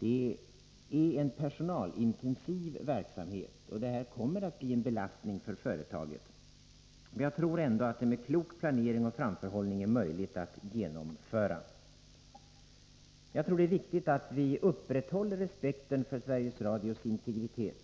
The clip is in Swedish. Man bedriver en personalintensiv verksamhet, och besparingen kommer att bli en belastning för företaget. Men jag tror ändå att den med klok planering och framförhållning är möjlig att genomföra. Jag tror att det är viktigt att vi upprätthåller respekten för Sveriges Radios integritet